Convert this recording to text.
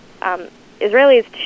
Israelis